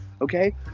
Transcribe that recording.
okay